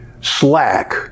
slack